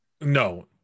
no